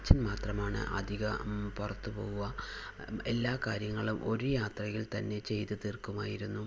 അച്ഛൻ മാത്രമാണ് അധികം പുറത്ത് പോകുക എല്ലാ കാര്യങ്ങളും ഒരു യാത്രയിൽ തന്നെ ചെയ്ത് തീർക്കുമായിരുന്നു